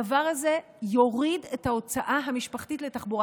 הדבר הזה יוריד את ההוצאה המשפחתית על תחבורה